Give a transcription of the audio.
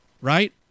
right